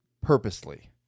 purposely